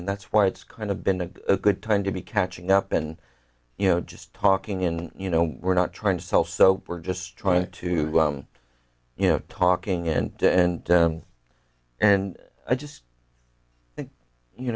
and that's why it's kind of been a good time to be catching up and you know just talking in you know we're not trying to sell soap we're just trying to you know talking and and and i just think you